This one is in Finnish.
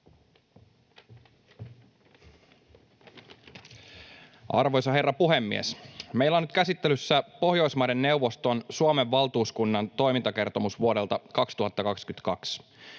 Arvoisa herra puhemies! Meillä on nyt käsittelyssä Pohjoismaiden neuvoston Suomen valtuuskunnan toimintakertomus vuodelta 2022.